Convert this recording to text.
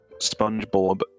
SpongeBob